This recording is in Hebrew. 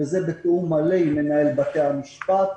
וזה בתיאום מלא עם מנהל בתי המשפט,